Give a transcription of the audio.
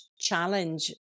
challenge